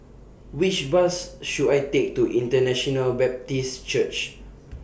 Which Bus should I Take to International Baptist Church